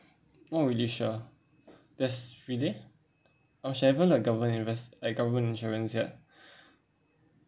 not really sure there's like government inves~ like government insurance ya